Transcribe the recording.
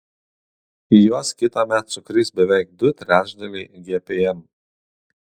į juos kitąmet sukris beveik du trečdaliai gpm